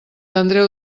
andreu